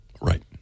Right